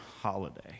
holiday